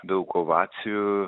daug ovacijų